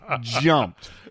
jumped